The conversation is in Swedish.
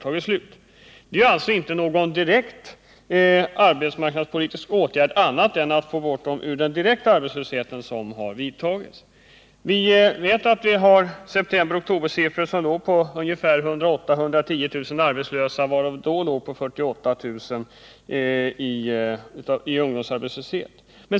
Detta är alltså inte någon direkt arbetsmarknadspolitisk åtgärd annat än på det sättet att man fått bort ungdomar ur den direkta arbetslösheten. Vi hade septemberoch oktobersiffror som låg på 108 000-140 000 direkt arbetslösa, varav 48 000 var ungdomar.